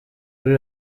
kuri